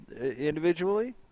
individually